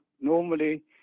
normally